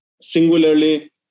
singularly